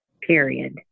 period